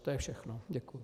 To je všechno, děkuji.